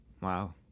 Wow